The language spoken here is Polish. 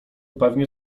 pewnie